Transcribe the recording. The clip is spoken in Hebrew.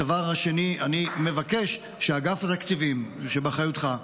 דבר שני, אני מבקש שאגף התקציבים, שהוא באחריותך,